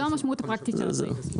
זו המשמעות הפרקטית של הסעיף.